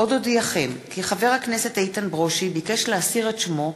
אילן גילאון, מיכל רוזין ותמר